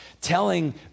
telling